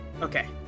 Okay